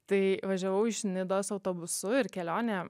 tai važiavau iš nidos autobusu ir kelionė